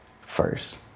First